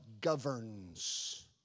governs